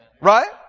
Right